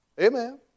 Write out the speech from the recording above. Amen